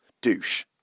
Douche